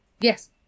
Yes